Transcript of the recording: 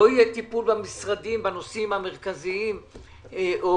לא יהיה טיפול במשרדים בנושאים המרכזיים או